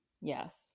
Yes